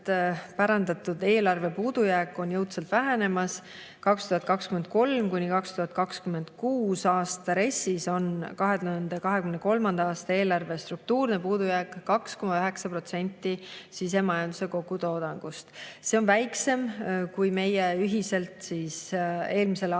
pärandatud eelarve puudujääk on jõudsalt vähenemas. 2023.–2026. aasta RES‑is on 2023. aasta eelarve struktuurne puudujääk 2,9% sisemajanduse kogutoodangust. See on väiksem, kui me ühiselt eelmisel